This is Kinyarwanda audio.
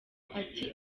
ati